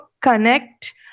connect